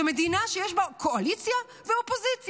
זו מדינה שיש בה קואליציה ואופוזיציה,